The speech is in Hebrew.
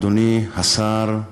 אדוני השר,